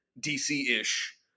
DC-ish